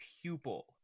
pupil